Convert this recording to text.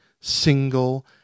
single